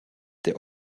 der